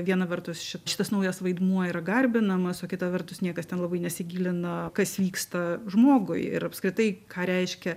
viena vertus šit šitas naujas vaidmuo yra garbinamas o kita vertus niekas ten labai nesigilina kas vyksta žmogui ir apskritai ką reiškia